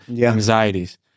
anxieties